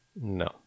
No